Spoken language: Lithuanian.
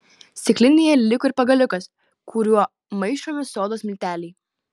stiklinėje liko ir pagaliukas kuriuo maišomi sodos milteliai